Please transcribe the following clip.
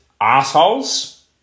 assholes